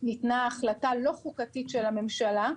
ניתנה החלטה לא חוקתית של הממשלה.